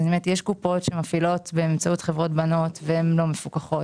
יש קופות שמפעילות באמצעות חברות בנות והן לא מפוקחות,